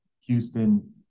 Houston